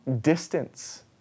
distance